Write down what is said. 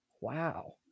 Wow